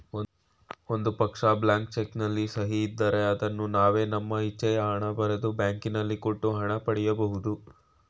ಒಂದು ಪಕ್ಷ, blank cheque ನಲ್ಲಿ ಸಹಿ ಇದ್ದರೆ ಅದನ್ನು ನಾವೇ ನಮ್ಮ ಇಚ್ಛೆಯ ಹಣ ಬರೆದು, ಬ್ಯಾಂಕಿನಲ್ಲಿ ಕೊಟ್ಟು ಹಣ ಪಡಿ ಬಹುದು